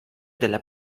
della